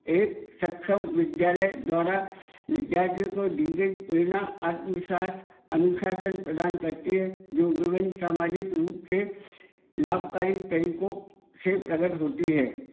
एक सक्षम विद्यालय द्वारा विद्यार्थियों को प्रेरणा आत्मविश्वास अनुशासन प्रदान करती है जो विभिन्न सामाजिक रूप के लाभकारी तरीकों से प्रकट होती है